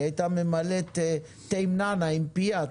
היא היתה ממלאת תה עם נענע עם פיה.